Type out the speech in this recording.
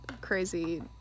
crazy